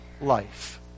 life